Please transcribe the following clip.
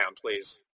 please